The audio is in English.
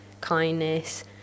kindness